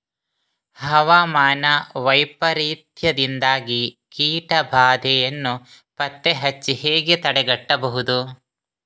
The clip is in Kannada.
ಹವಾಮಾನ ವೈಪರೀತ್ಯದಿಂದಾಗಿ ಕೀಟ ಬಾಧೆಯನ್ನು ಪತ್ತೆ ಹಚ್ಚಿ ಹೇಗೆ ತಡೆಗಟ್ಟಬಹುದು?